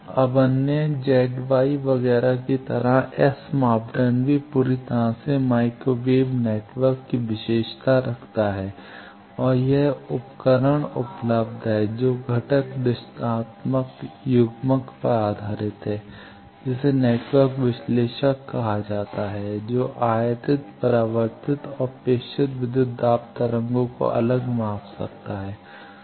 अब अन्य Z Y वगैरह की तरह यह S मापदंड भी पूरी तरह से माइक्रो वेव नेटवर्क की विशेषता रखता है और एक उपकरण उपलब्ध है जो घटक दिशात्मक युग्मक पर आधारित है जिसे नेटवर्क विश्लेषक कहा जाता है जो आयातित परावर्तित और प्रेषित विद्युत दाब तरंगों को अलग माप सकता है